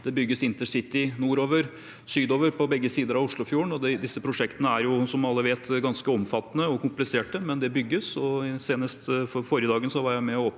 Det bygges intercity nordover og sydover, på begge sider av Oslofjorden. Disse prosjektene er, som alle vet, ganske omfattende og kompliserte, men det bygges. Senest forrige dagen var jeg med på